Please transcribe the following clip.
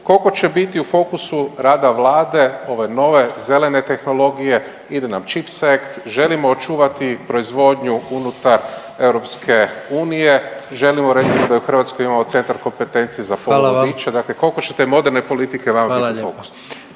kolko će biti u fokusu rada Vlade ove nove zelene tehnologije? Ide nam Chips Act želimo očuvati proizvodnju unutar EU, želimo recimo da u Hrvatskoj imamo centar kompetencije za poluvodiče …/Upadica predsjednik: Hvala vam./… dakle kolko će te moderne politike vama biti fokus?